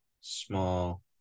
small